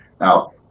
Now